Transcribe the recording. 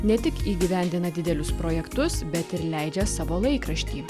ne tik įgyvendina didelius projektus bet ir leidžia savo laikraštį